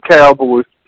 Cowboys